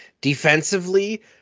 defensively